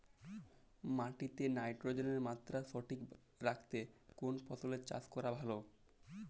মাটিতে নাইট্রোজেনের মাত্রা সঠিক রাখতে কোন ফসলের চাষ করা ভালো?